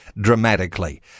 dramatically